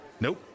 Nope